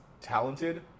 talented